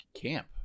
camp